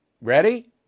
ready